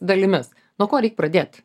dalimis nuo ko reik pradėt